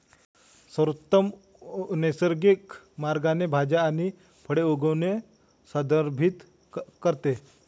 सर्वोत्तम नैसर्गिक मार्गाने भाज्या आणि फळे उगवणे संदर्भित करते